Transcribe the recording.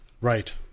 Right